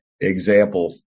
example